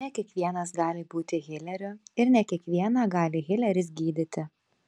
ne kiekvienas gali būti hileriu ir ne kiekvieną gali hileris gydyti